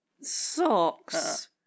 Socks